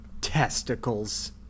Testicles